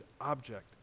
object